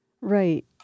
right